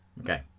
Okay